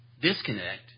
disconnect